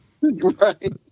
Right